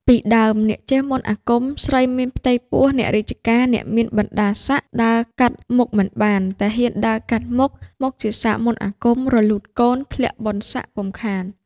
ពីដើម អ្នកចេះមន្តអាគម, ស្រីមានផ្ទៃពោះ, អ្នករាជការ, អ្នកមានបណ្ដាសក្ដិ ដើរកាត់មុខមិនបាន, តែហ៊ានដើរកាត់មុខ មុខជាសាបមន្តអាគម, រលូតកូន, ធ្លាក់បុណ្យសក្ដិពុំខាន ។